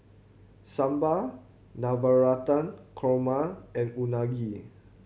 Sambar Navratan Korma and Unagi